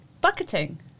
Bucketing